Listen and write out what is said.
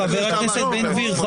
חבר הכנסת בן-גביר,